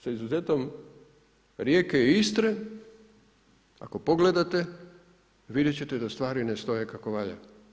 Sa izuzetom Rijeke i Istre, ako pogledate vidjeti ćete da stvari ne stoje kako valja.